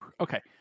Okay